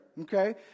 Okay